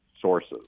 Sources